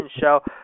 show